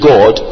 God